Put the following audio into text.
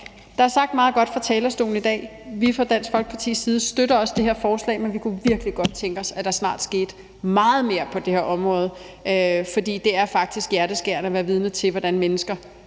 Der er sagt meget godt fra talerstolen i dag. Vi støtter fra Dansk Folkepartis side det her forslag, men vi kunne virkelig godt tænke os, at der snart skete meget mere på det her område, for det er faktisk hjerteskærende at være vidne til, hvordan mennesker